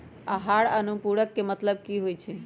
आहार अनुपूरक के मतलब की होइ छई?